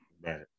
Right